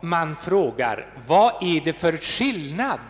Man frågar sig vad det är för skillnad